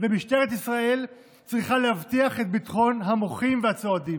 ומשטרת ישראל צריכה להבטיח את ביטחון המוחים והצועדים.